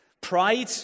Pride